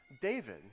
David